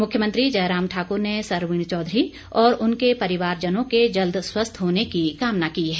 मुख्यमंत्री जयराम ठाकुर ने सरवीण चौधरी और उनके परिवारजनों के जल्द स्वस्थ होने की कामना की है